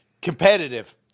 competitive